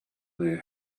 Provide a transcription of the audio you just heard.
their